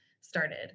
started